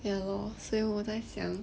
ya lor 所以我在想